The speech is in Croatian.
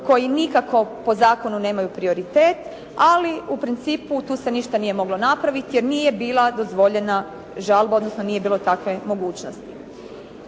koji nikako po zakonu nemaju prioritet, ali u principu tu se ništa nije moglo napraviti jer nije bila dozvoljena žalba, odnosno nije bilo takve mogućnosti.